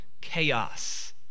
chaos